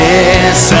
Yes